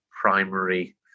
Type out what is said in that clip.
primary